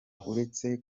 uretse